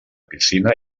piscina